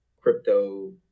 crypto